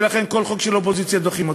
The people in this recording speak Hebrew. וכל חוק של האופוזיציה דוחים.